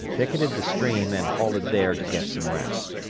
picketed the stream and halted there to get some rest.